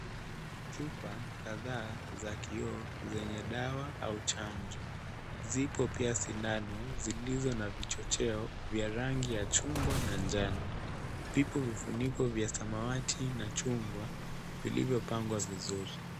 Chupa kadhaa za kioo zenye dawa au chanjo, zipo pia sindano zilizo na vichocheo vya rangi ya chungwa na njano, vipo vifuniko vya samawati na chungwa, vilivyopangwa vizuri.